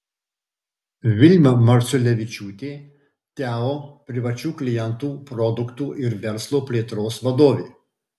vilma marciulevičiūtė teo privačių klientų produktų ir verslo plėtros vadovė